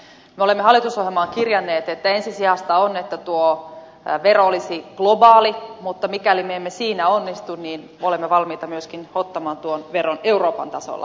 me olemme hallitusohjelmaan kirjanneet että ensisijaista on että tuo vero olisi globaali mutta mikäli me emme siinä onnistu niin olemme valmiita myöskin ottamaan tuon veron euroopan tasolla käyttöön